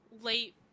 late